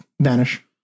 vanish